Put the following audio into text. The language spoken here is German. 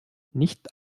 nicht